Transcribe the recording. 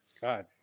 God